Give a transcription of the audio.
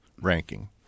ranking